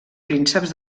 prínceps